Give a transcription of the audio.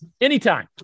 Anytime